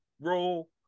roll